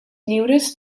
lliures